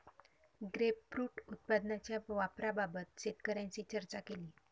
grapefruit उत्पादनाच्या वापराबाबत शेतकऱ्यांशी चर्चा केली